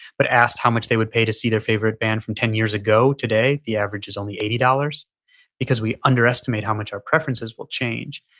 but asked how much they would pay to see their favorite band from ten years ago. today, the average is only eighty dollars because we underestimate how much our preferences will change.